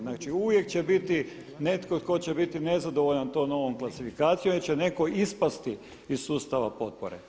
Znači uvijek će biti netko tko će biti nezadovoljan tom novom klasifikacijom, jer će netko ispasti iz sustava potpore.